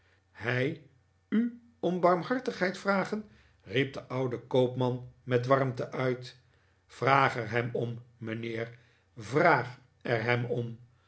hij u om barmhartigheid vragen riep de oude koopman met warmte uit vraag er hem om mijnheer vraag er hem om